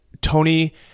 Tony